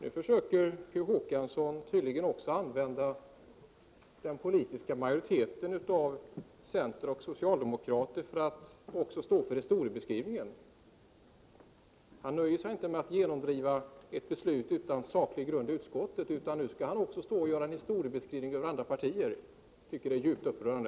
Nu försöker P O Håkansson tydligen också använda den politiska majoriteten av centern och socialdemokrater för att också stå för historieskrivningen. Han nöjer sig inte med att genomdriva ett beslut utan saklig grund i utskottet, utan nu skall han också stå för andra partiers historieskrivning. Det är djupt upprörande.